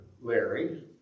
Larry